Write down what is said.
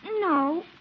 No